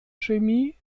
chemie